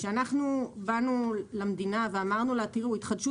כשבאנו למדינה ואמרנו לה שהתחדשות